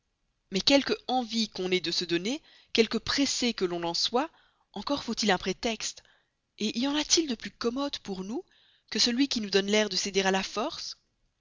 mais quelque envie qu'on ait de se donner quelque pressée que l'on en soit encore faut-il un prétexte y en a-t-il de plus commode pour nous que celui qui nous donne l'air de céder à la force